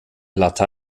lat